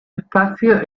espacios